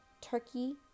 turkey